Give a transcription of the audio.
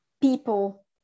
people